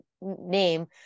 name